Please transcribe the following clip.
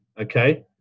okay